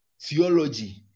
theology